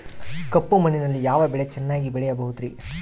ಕಪ್ಪು ಮಣ್ಣಿನಲ್ಲಿ ಯಾವ ಬೆಳೆ ಚೆನ್ನಾಗಿ ಬೆಳೆಯಬಹುದ್ರಿ?